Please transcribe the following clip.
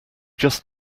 just